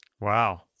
Wow